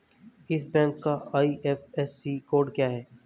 इस बैंक का IFSC code क्या है?